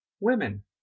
women